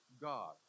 God